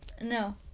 No